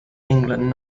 england